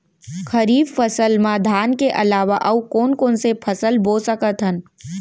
खरीफ फसल मा धान के अलावा अऊ कोन कोन से फसल बो सकत हन?